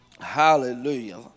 Hallelujah